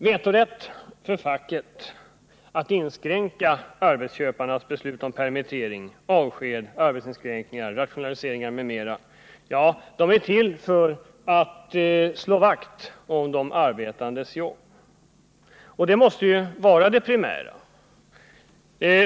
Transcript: Vetorätt för facket att inskränka arbetsköparnas beslut om permittering, avsked, arbetsinskränkningar, rationaliseringar m.m. är till för att slå vakt om de arbetandes jobb. Och det måste ju vara det primära.